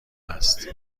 است